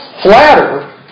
flatter